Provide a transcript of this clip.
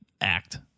act